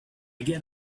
get